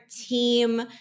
team